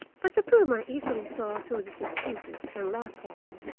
but the puma easily saw through these excuses, and laughed at him.